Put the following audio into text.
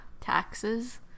Taxes